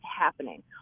happening